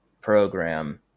program